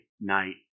Night